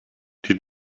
die